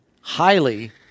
Highly